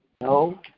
no